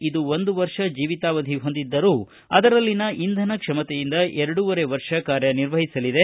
ಇದು ಒಂದು ವರ್ಷ ಜೀವಿತಾವಧಿ ಹೊಂದಿದ್ದರೂ ಅದರಲ್ಲಿನ ಇಂಧನ ಕ್ಷಮತೆಯಿಂದ ಎರಡೂವರೆ ವರ್ಷ ಕಾರ್ಯ ನಿರ್ವಹಿಸಲಿದೆ